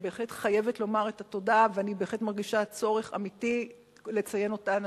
ואני בהחלט חייבת לומר את התודה ובהחלט מרגישה צורך אמיתי לציין אותם.